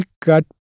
Cut